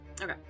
Okay